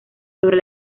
sobre